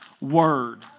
Word